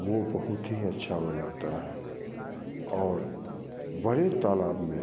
वो बहुत ही अच्छा हो जाता है और बड़े तालाब में